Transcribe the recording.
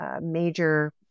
major